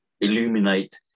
illuminate